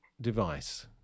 device